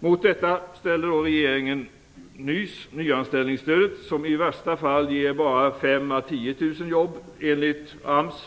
Mot detta ställer regeringen NYS, nyanställningsstödet, som i värsta fall ger bara 5 000-10 000 jobb, enligt AMS.